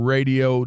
Radio